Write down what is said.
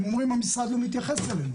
הם אומרים שהמשרד לא מתייחס אליהם.